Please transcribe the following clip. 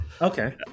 okay